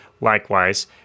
likewise